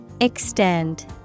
Extend